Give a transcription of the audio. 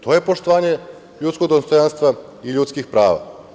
To je poštovanje ljudskog dostojanstva i ljudskih prava.